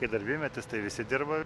kai darbymetis tai visi dirba